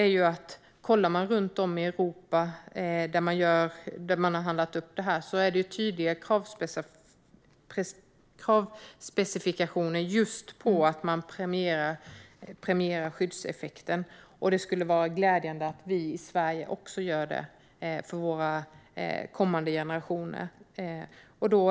Runt om i Europa där man har handlat upp HPV har det varit tydliga kravspecifikationer om att man premierar skyddseffekten. Det vore glädjande om vi i Sverige också gjorde det för våra kommande generationer.